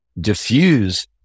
diffuse